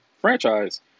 franchise